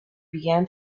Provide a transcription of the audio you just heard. began